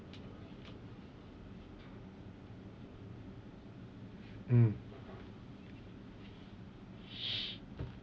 mm